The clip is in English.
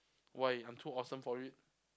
why I'm too awesome for it